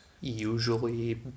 usually